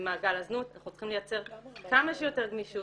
ממעגל הזנות אנחנו צריכים לייצר כמה שיותר גמישות,